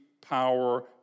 power